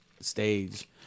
stage